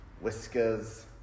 Whiskers